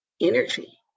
energy